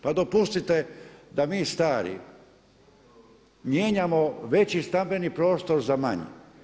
Pa dopustite da mi stari mijenjamo veći stambeni prostor za stari.